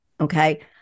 Okay